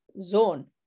zone